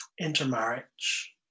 intermarriage